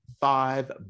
five